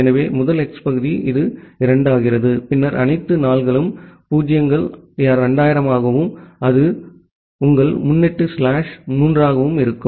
எனவே முதல் ஹெக்ஸ் பகுதி இது 2 ஆகிறது பின்னர் அனைத்து 4 களும் 0 கள் 2000 ஆகவும் உங்கள் முன்னொட்டு ஸ்லாஷ் 3 ஆகவும் இருக்கும்